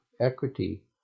equity